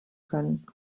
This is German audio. können